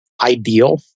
ideal